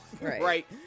Right